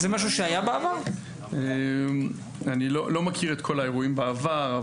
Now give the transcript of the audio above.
אני לא מכיר את כל האירועים בעבר.